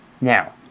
Now